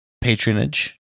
patronage